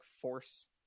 force